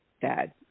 dad